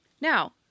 Now